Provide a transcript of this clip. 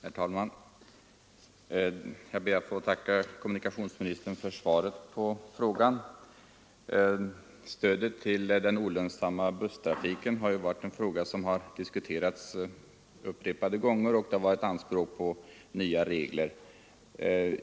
Herr talman! Jag ber att få tacka kommunikationsministern för svaret på frågan. Stödet till den olönsamma busstrafiken har ju varit en fråga som diskuterats upprepade gånger, och det har framförts anspråk på nya regler.